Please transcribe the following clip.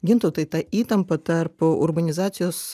gintautai ta įtampa tarp urbanizacijos